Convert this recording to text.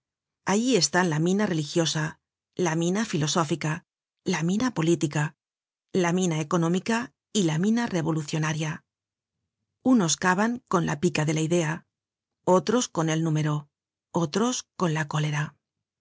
allí están la mina religiosa la mina filosófica la mina política la mina económica y la mina revolucionaria unos cavan con la pica de la idea otros con el número otros con la cólera